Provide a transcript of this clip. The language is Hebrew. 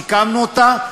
סיכמנו אותה,